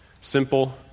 Simple